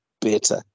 better